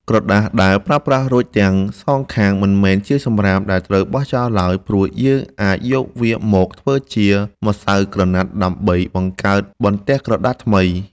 ក្រដាសដែលប្រើប្រាស់រួចទាំងសងខាង មិនមែនជាសំរាមដែលត្រូវបោះចោលឡើយ ព្រោះយើងអាចយកវាមកធ្វើជាម្សៅក្រដាសដើម្បីបង្កើតបន្ទះក្រដាសថ្មី។